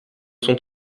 sont